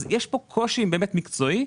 יש פה באמת קושי מקצועי,